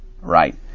right